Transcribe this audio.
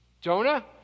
Jonah